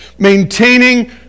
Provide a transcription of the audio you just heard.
Maintaining